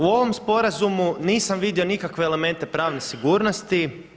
U ovom sporazumu nisam vidio nikakve elemente pravne sigurnosti.